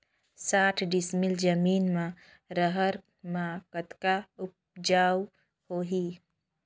साठ डिसमिल जमीन म रहर म कतका उपजाऊ होही?